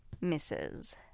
misses